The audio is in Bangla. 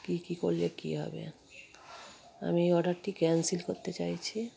কী কী করলে কী হবে আমি এই অর্ডারটি ক্যান্সেল করতে চাইছি